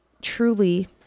truly